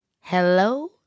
hello